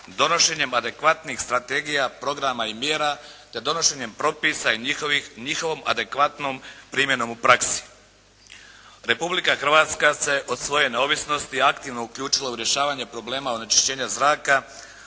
donošenjem adekvatnih strategija, programa i mjera te donošenjem propisa i njihovom adekvatnom primjenom u praksi. Republika Hrvatska se od svoje neovisnosti aktivno uključila u rješavanje problema onečišćenja zraka,